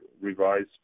revised